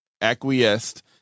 acquiesced